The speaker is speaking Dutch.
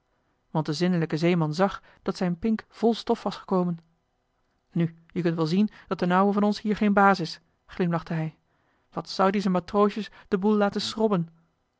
want de zindelijke zeeman zag dat zijn pink vol stof was gekomen nu je kunt wel zien dat d'n ouwe van ons hier geen baas is glimlachte hij wat zou die z'n matroosjes den boel laten schrobben